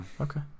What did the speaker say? okay